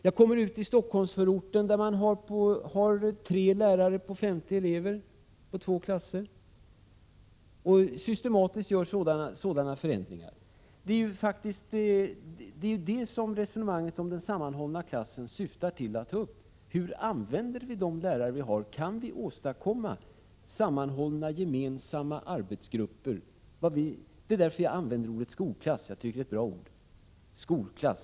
Jag kan komma ut i Stockholmsförorten, där man har tre lärare på 50 elever, på två klasser, och där systematiskt gör liknande förändringar. Resonemanget om den sammanhållna klassen syftar just till att ta upp frågan om hur vi använder de lärare som vi har och om vi kan åstadkomma sammanhållna, gemensamma arbetsgrupper. Det är därför som jag använder ordet ”skolklass” — jag tycker det är ett bra ord.